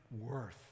worth